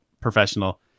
professional